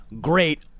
great